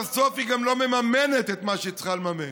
ובסוף היא גם לא מממנת את מה שהיא צריכה לממן.